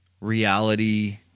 reality